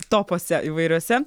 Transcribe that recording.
topuose įvairiuose